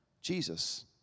Jesus